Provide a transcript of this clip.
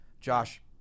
Josh